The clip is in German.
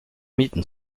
mieten